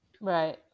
Right